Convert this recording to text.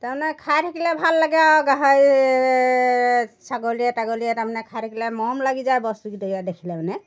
তাৰমানে খাই থাকিলে ভাল লাগে আৰু গাহৰি ছাগলীয়ে তাগলীয়ে তাৰমানে খাই থাকিলে মৰম লাগি যায় বস্তুকেইটা দেখিলে মানে